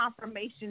confirmation